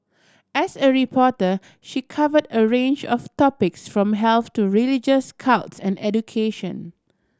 as a reporter she covered a range of topics from health to religious cults and education